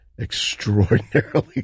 Extraordinarily